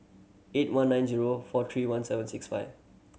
eight one nine zero four three one seven six five